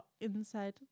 inside